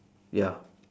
ya